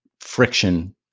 friction